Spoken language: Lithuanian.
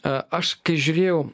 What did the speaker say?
a aš kai žiūrėjau